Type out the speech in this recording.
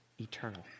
eternal